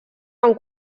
amb